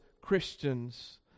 Christians